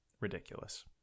Ridiculous